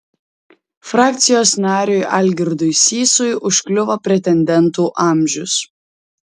frakcijos nariui algirdui sysui užkliuvo pretendentų amžius